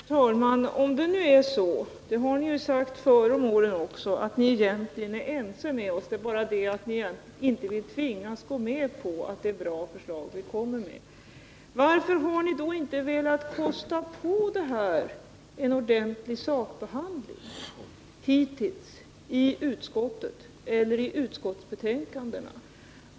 Herr talman! Om det nu är så att ni — som ni har sagt också tidigare år — egentligen är ense med oss, men bara inte vill tvingas erkänna att de förslag som vi lägger fram är bra, varför har ni då hittills inte velat kosta på dem en ordentlig sakbehandling i utskottet eller i utskottsbetänkandena?